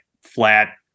flat